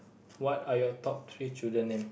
what are your top three children name